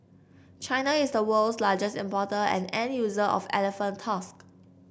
China is the world's largest importer and end user of elephant tusks